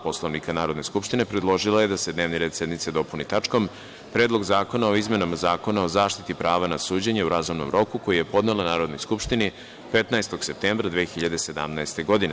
Poslovnika Narodne skupštine, predložila je da se dnevni red sednice dopuni tačkom - Predlog zakona o izmenama i dopunama Zakona o zaštiti prava na suđenje u razumnom roku, koji je podnela Narodnoj skupštini 15. septembra 2017. godine.